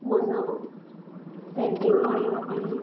ମନ ପେଣ୍ଟିଂ ବନେଇବା ପାଇଁ